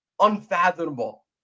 unfathomable